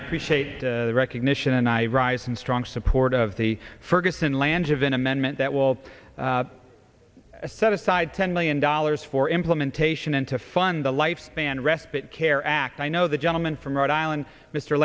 appreciate the recognition and i rise in strong support of the ferguson lands of an amendment that will set aside ten million dollars for implementation and to fund the lifespan respite care act i know the gentleman from rhode island mr